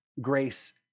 grace